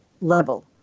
level